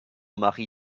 mari